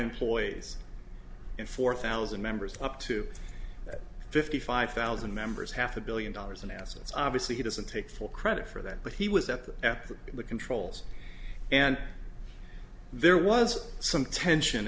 employees and four thousand members up to fifty five thousand members half a billion dollars in assets obviously he doesn't take full credit for that but he was at the at the controls and there was some tension